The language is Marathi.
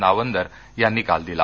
नावंदर यांनी काल दिला